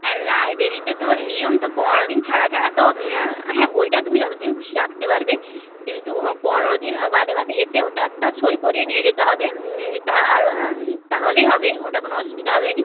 হ্যাঁ লাইব্রেরিতে তো নিয়ম তো পনেরো দিন ছাড়া ছাড়া তো হ্যাঁ বইটা তুমি যত দিন খুশি রাখতে পারবে কিন্তু পনেরো দিন বাদে বাদে এসে ওটা একটা সই করিয়ে নিয়ে যেতে হবে তা আর তাহলেই হবে ওটা কোনো অসুবিধা হবেনা